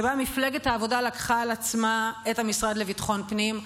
שבה מפלגת העבודה לקחה על עצמה את המשרד לביטחון פנים,